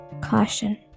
caution